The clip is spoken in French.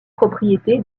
propriété